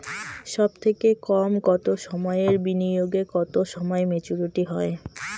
সবথেকে কম কতো সময়ের বিনিয়োগে কতো সময়ে মেচুরিটি হয়?